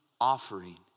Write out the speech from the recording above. offering